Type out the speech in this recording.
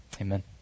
Amen